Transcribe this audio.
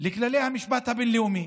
לכללי המשפט הבין-לאומי,